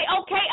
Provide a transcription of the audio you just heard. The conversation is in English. okay